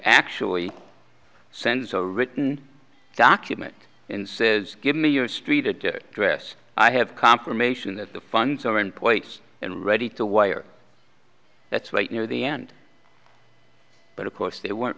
actually sends a written document and says give me your street to address i have confirmation that the funds are in points and ready to wire that's right near the end but of course they weren't